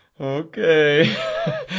Okay